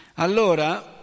Allora